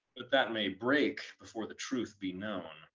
that that may break before the truth be known.